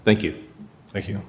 thank you thank you